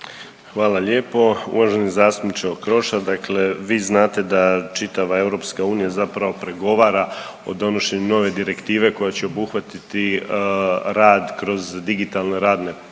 Hvala lijepo uvaženi zastupniče Okroša. Dakle vi znate da čitava EU zapravo pregovara o donošenju nove direktive koja će obuhvatiti rad kroz digitalne radne platforme,